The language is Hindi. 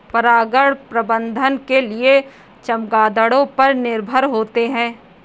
परागण प्रबंधन के लिए चमगादड़ों पर निर्भर होते है